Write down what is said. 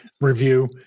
review